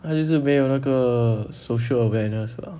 他就是没有那个 social awareness lah